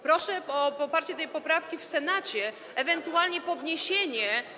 Proszę o poparcie tej poprawki w Senacie, o ewentualne podniesienie.